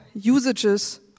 usages